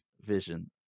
vision